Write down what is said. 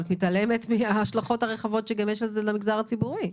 אבל את מתעלמת מההשלכות הרחבות שגם יש לזה על המגזר הציבורי.